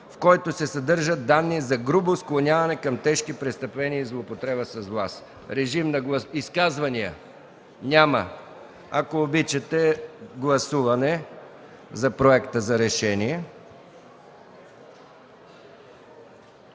в който се съдържат данни за грубо склоняване към тежки престъпления и злоупотреба с власт.” Изказвания? Няма. Ако обичате, гласуване за проекта за решение.